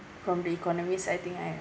from the economist I think I